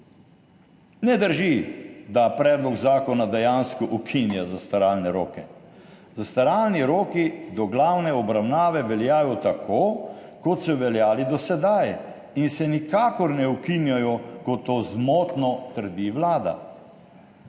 Ne drži, da predlog zakona dejansko ukinja zastaralne roke. Zastaralni roki do glavne obravnave veljajo tako, kot so veljali do sedaj, in se nikakor ne ukinjajo, kot to zmotno trdi Vlada.